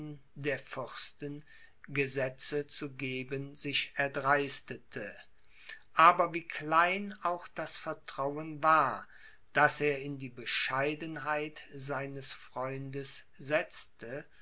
der fürsten gesetze zu geben sich erdreistete aber wie klein auch das vertrauen war das er in die bescheidenheit seines freundes setzte